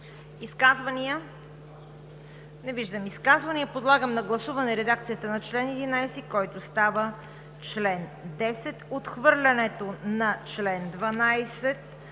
Изказвания? Не виждам. Подлагам на гласуване редакцията на чл. 11, който става чл. 10; отхвърлянето на чл. 12;